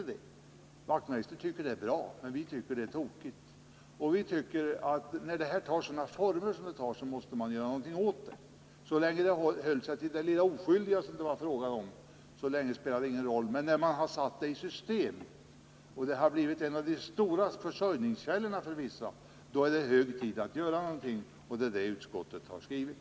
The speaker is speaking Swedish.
Knut Wachtmeister tycker att det är bra, men vi tycker alltså att det är tokigt. Vi anser att när detta har tagit sig sådana former som det nu har gjort måste vi göra något åt det. Så länge det höll sig till något så när rimliga proportioner var det tämligen oskyldigt, men när man satt de skattefria inköpen av alkohol i system och när denna alkoholförsäljning har blivit en stor försörjningskälla för vissa, då är det hög tid att göra någonting. Och det är detta som utskottet har skrivit.